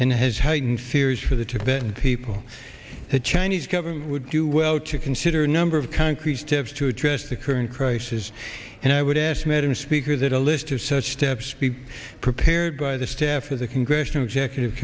and has heightened fears for the tibetan people the chinese government would do well to consider a number of concrete steps to address the current crisis and i would ask madam speaker that a list of such steps be prepared by the staff of the congressional executive